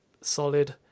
solid